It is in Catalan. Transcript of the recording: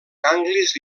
ganglis